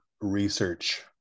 research